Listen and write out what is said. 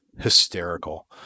hysterical